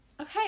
Okay